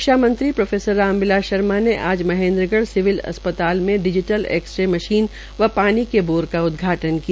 शिक्षा मंत्री राम बिलास शर्मा ने आज महेन्द्रगढ़ सिविल अस्पताल में डिजीटल एक्स े मशीन व पानी के बोर का उदघाटन किया